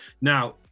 Now